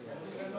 וקנין,